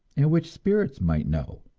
and which spirits might know.